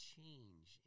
change